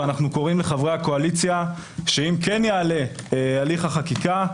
ואנחנו קוראים לחברי הקואליציה שאם כן יעלה הליך החקיקה,